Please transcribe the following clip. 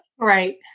Right